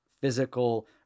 physical